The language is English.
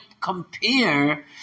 compare